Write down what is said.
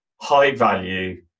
high-value